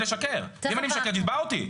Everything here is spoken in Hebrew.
אם אני משקר תתבע אותי.